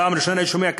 פעם ראשונה אני שומע,